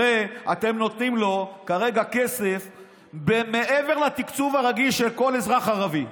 הרי אתם נותנים לו כרגע כסף מעבר לתקצוב הרגיל של כל אזרח ערבי.